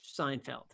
Seinfeld